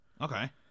Okay